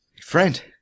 Friend